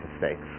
mistakes